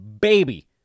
baby